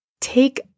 take